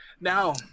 Now